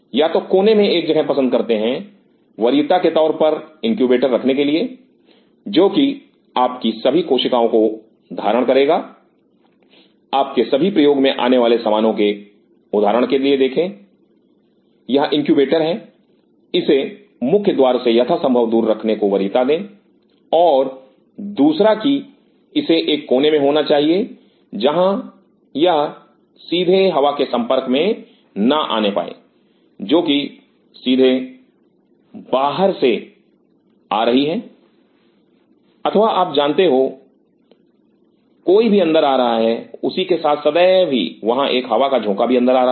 या तो कोने में एक जगह पसंद करते हैं वरीयता के तौर पर इनक्यूबेटर रखने के लिए जो कि आपकी सभी कोशिकाओं को धारण करेगा आपके सभी प्रयोग में आने वाले सामानों को उदाहरण के लिए देखें यह इनक्यूबेटर है इसे मुख्य द्वार से यथासंभव दूर रखने को वरीयता दें और दूसरा कि इसे एक कोने में होना चाहिए जहां या सीधे हवा के संपर्क में ना आने पाए जोकि सीधे बाहर से आ रही है अथवा आप जानते हो जो कोई भी अंदर आ रहा है उसी के साथ सदैव ही वहां एक हवा का झोंका भी अंदर आ रहा है